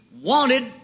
wanted